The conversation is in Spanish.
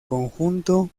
conjunto